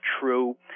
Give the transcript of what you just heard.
true